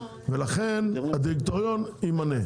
לכן הדירקטוריון ממנה.